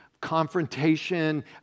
confrontation